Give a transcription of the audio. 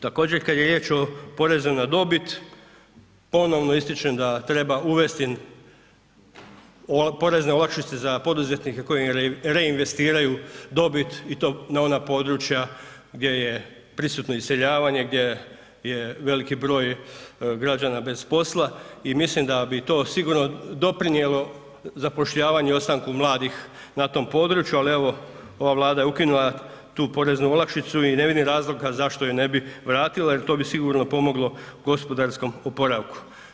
Također, kad je riječ o porezu na dobit, ponovno ističem da treba uvesti porezne olakšice za poduzetnike koji reinvestiraju dobit i to na ona područja gdje je prisutno iseljavanje, gdje je veliki broj građana bez posla i mislim da bi to sigurno doprinijelo zapošljavanju i ostanku mladih na tom području, ali evo, ova Vlada je ukinula tu poreznu olakšicu i ne vidim razloga zašto je ne bi vratila jer to bi sigurno pomoglo gospodarskom oporavku.